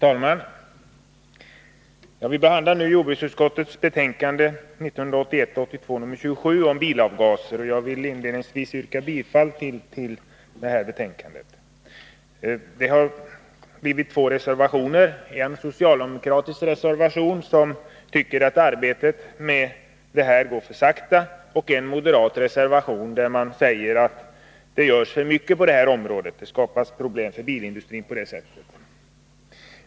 Herr talman! Vi behandlar nu jordbruksutskottets betänkande 1981/82:27 om bilavgaser m.m. Jag vill inledningsvis yrka bifall till utskottets hemställan i det betänkandet. Det har avgivits två reservationer: en socialdemokratisk reservation, vari man tycker att arbetet med åtgärdsprogrammet går för sakta, och en moderat motion, där man säger att det görs för mycket på det här området, varigenom det skapas problem för bilindustrin.